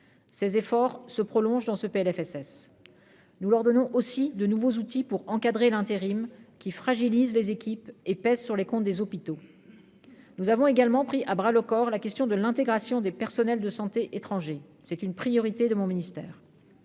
ces efforts se prolonge dans ce PLFSS nous leur donnons aussi de nouveaux outils pour encadrer l'intérim qui fragilise les équipes et pèse sur les comptes des hôpitaux, nous avons également pris à bras le corps la question de l'intégration des personnels de santé étrangers, c'est une priorité de mon ministère